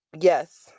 Yes